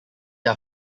are